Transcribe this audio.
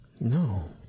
No